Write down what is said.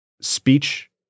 speech